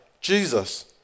jesus